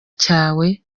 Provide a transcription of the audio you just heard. cyawe